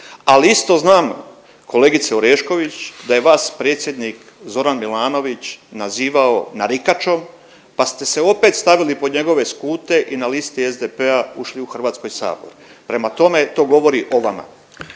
Ali isto znam kolegice Orešković da je vas predsjednik Zoran Milanović nazivao narikačom pa ste se opet stavili pod njegove skute i na listi SDP-a ušli u HS. Prema tome to govori o vama.